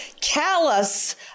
callous